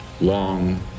long